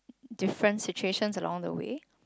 different situations along the way